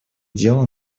дело